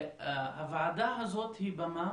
הוועדה הזאת היא במה,